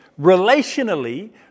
relationally